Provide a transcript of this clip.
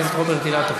חבר הכנסת רוברט אילטוב.